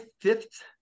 fifth